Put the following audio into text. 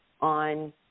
on